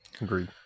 Agreed